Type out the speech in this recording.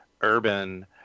urban